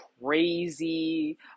crazy